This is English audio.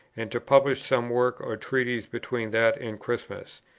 and to publish some work or treatise between that and christmas.